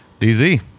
DZ